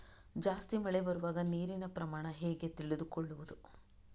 ಜಾಸ್ತಿ ಮಳೆ ಬರುವಾಗ ನೀರಿನ ಪ್ರಮಾಣ ಹೇಗೆ ತಿಳಿದುಕೊಳ್ಳುವುದು?